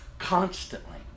Constantly